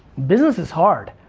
business is hard.